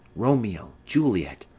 romeo, juliet,